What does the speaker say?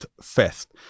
fast